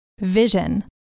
Vision